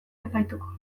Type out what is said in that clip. epaituko